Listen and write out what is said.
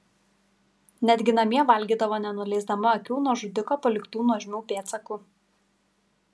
netgi namie valgydavo nenuleisdama akių nuo žudiko paliktų nuožmių pėdsakų